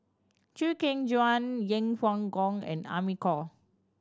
Chew Kheng Chuan Yeng Pway Ngon and Amy Khor